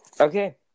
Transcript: Okay